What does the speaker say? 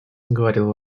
говорил